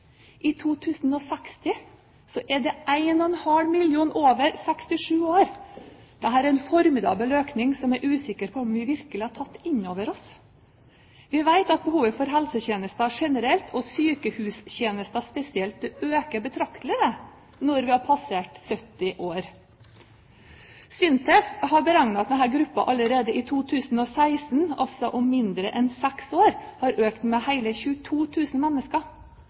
I 2060 vil det være over 1,5 millioner som har passert 67 år! Dette er en formidabel økning som jeg er usikker på om vi virkelig har tatt inn over oss. Vi vet at behovet for helsetjenester generelt og sykehustjenester spesielt øker betraktelig når vi passerer 70 år. SINTEF har beregnet at denne gruppen allerede i 2016, altså om mindre enn seks år, har økt med hele 22 000 mennesker.